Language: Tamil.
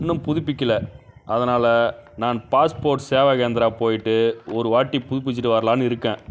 இன்னும் புதுப்பிக்கலை அதனால் நான் பாஸ்போர்ட் சேவா கேந்திரா போய்விட்டு ஒருவாட்டி புதுப்பிச்சுட்டு வரலாம்னு இருக்கேன்